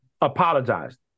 apologized